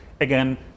Again